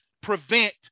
prevent